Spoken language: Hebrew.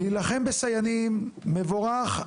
להילחם בסייענים, מבורך.